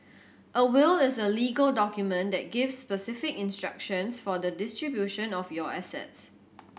a will is a legal document that gives specific instructions for the distribution of your assets